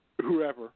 whoever –